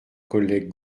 collègue